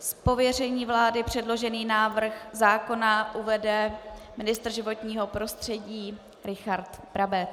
Z pověření vlády předložený návrh zákona uvede ministr životního prostředí Richard Brabec.